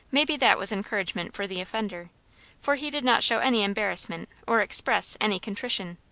maybe that was encouragement for the offender for he did not show any embarrassment or express any contrition.